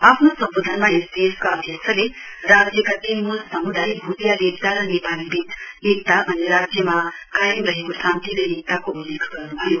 आफ्नो सम्बोधनमा एसडिएफ का अध्यक्षले राज्यका तीन मूल समुदय भुटीया लेप्चा र नेपाली बीच एकता अनिराज्यमा कायम रहेको शान्ति र एकताको उल्लेख गर्नुभयो